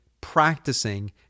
practicing